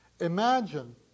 Imagine